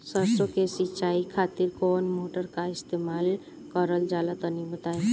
सरसो के सिंचाई खातिर कौन मोटर का इस्तेमाल करल जाला तनि बताई?